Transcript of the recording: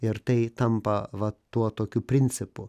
ir tai tampa va tuo tokiu principu